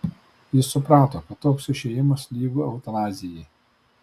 jis suprato kad toks išėjimas lygu eutanazijai